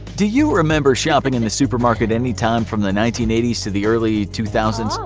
do you remember shopping in the supermarket any time from the nineteen eighty s to the early two thousand s?